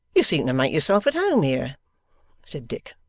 you seem to make yourself at home here said dick,